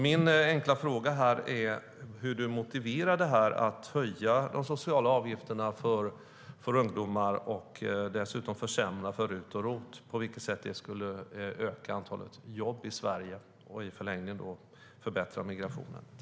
Min enkla fråga är därför hur du motiverar att höja de sociala avgifterna för ungdomar och dessutom försämra för RUT och ROT, Maria Ferm. På vilket sätt skulle det öka antalet jobb i Sverige, och då i förlängningen förbättra migrationen?